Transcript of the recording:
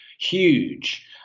huge